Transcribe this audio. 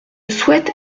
souhaite